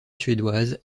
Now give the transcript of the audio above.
suédoise